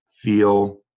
feel